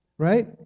right